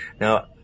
now